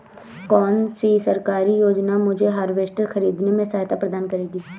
कौन सी सरकारी योजना मुझे हार्वेस्टर ख़रीदने में सहायता प्रदान करेगी?